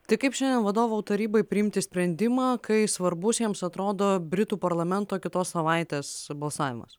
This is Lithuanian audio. tai kaip šiandien vadovų tarybai priimti sprendimą kai svarbus jiems atrodo britų parlamento kitos savaitės balsavimas